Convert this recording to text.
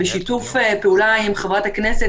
בשיתוף פעולה עם חברת הכנסת,